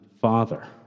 father